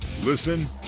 Listen